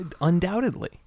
Undoubtedly